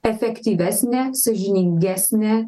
efektyvesnė sąžiningesnė